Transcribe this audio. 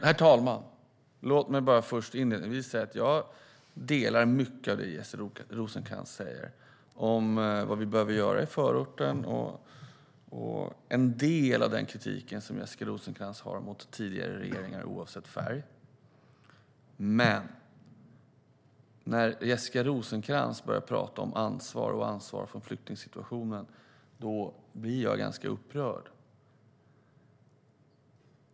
Herr talman! Låt mig inledningsvis säga att jag instämmer i mycket av det Jessica Rosencrantz säger om vad vi behöver göra i förorterna och i en del av den kritik Jessica Rosencrantz har mot tidigare regeringar, oavsett färg. Men när Jessica Rosencrantz börjar tala om ansvar och ansvar för flyktingsituationen blir jag ganska upprörd.